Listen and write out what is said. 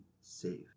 safe